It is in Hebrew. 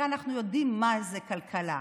הרי אנחנו יודעים מה זה כלכלה,